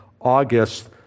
August